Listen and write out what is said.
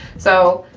so,